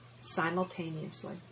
simultaneously